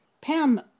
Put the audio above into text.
Pam